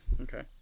Okay